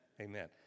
Amen